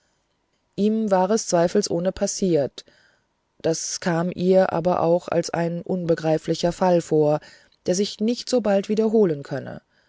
ihm war es zweifelsohne passiert das kam ihr aber auch als ein unbegreiflicher fall vor der sich nicht so bald wiederholen könne